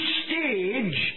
stage